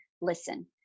listen